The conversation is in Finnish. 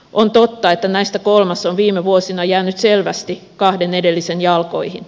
on totta että näistä kolmas on viime vuosina jäänyt selvästi kahden edellisen jalkoihin